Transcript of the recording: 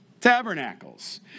tabernacles